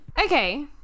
okay